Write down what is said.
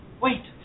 wait